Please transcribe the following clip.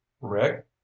rick